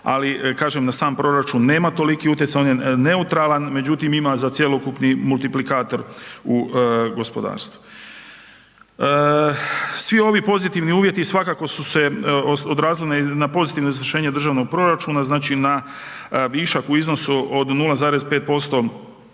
ali kažem, na sam proračun nema toliki utjecaj, on je neutralan, međutim ima za cjelokupni multiplikator u gospodarstvu. Svi ovi pozitivni uvjeti svakako su se odrazili na pozitivno izvršenje državnog proračuna, znači na višak u iznosu od 0,5%